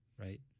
right